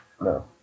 No